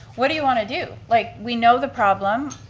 what do you want to do? like, we know the problem,